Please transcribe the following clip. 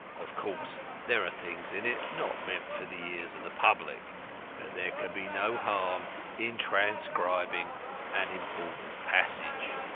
of course there are things in it not meant for the ears of the public, but there can be no harm in transcribing an important passage